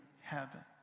heaven